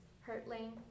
hurtling